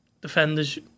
defenders